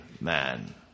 man